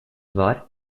wahr